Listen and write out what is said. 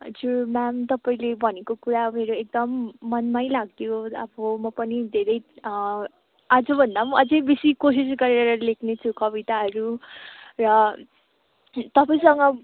हजुर म्याम तपाईँले भनेको कुरा मेरो एकदम मनमै लाग्यो अब म पनि धेरै आजभन्दा पनि अझै बेसी कोसिस गरेर लेख्नेछु कविताहरू र तपाईँसँग